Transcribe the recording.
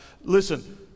Listen